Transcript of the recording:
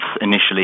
initially